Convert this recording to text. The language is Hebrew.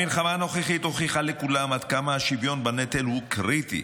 המלחמה הנוכחית הוכיחה לכולם עד כמה השוויון בנטל הוא קריטי,